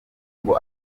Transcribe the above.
ngo